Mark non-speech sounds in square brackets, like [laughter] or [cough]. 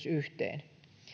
[unintelligible] yhteen